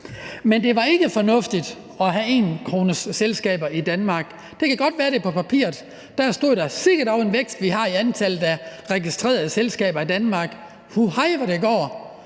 men det var ikke fornuftigt at have 1-kronesselskaber i Danmark. Det kan godt være, at der på papiret stod: Sikke dog en vækst, vi har, i antallet af registrerede selskaber i Danmark; hu hej, hvor det går.